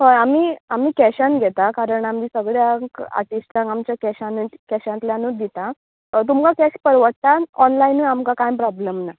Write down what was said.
हय आमी आमी कॅशान घेता कारण आमी सगळ्यांक आर्टीस्टांक आमी कॅशना कॅशांतल्यानूच दिता तुमका कॅश परवडटा ऑनलायनूय आमकां काय प्रोब्लम ना